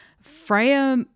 Freya